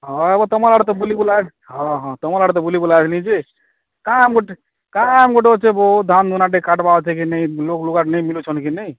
ହଁ ତୁମଆଡ଼େ ତ ବୁଲିବୁଲା ହଁ ହଁ ତୁମର୍ ଆଡ଼େ ବୁଲିବୁଲା ଆଇଲି ଯେ କାମ୍ ଗୋଟେ କାମ୍ ଗୋଟେ ଅଛି ବୋ ଧାନ୍ ବୁଣା ଦେଖାଦେବ ଅଛେ କି ନାହିଁ ଲୋକ୍ଲୁକା ନେଇ ମିଲୁଛନ୍ କିନେ